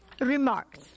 remarks